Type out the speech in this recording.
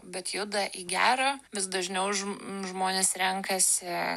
bet juda į gerą vis dažniau žm žmonės renkasi